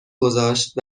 گذاشت